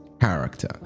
character